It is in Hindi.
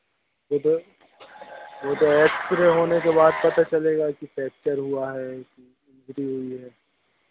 वह तो वह तो एक्सरे होने के बाद पता चलेगा कि फ्रेक्चर हुआ है कि इनजूरी हुई है